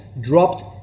dropped